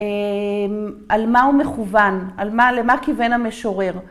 על מה הוא מכוון, למה כיוון המשורר.